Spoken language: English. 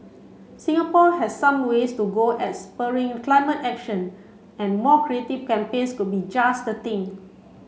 Singapore has some ways to go as spurring climate action and more creative campaigns could be just the thing